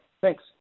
Thanks